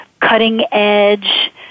cutting-edge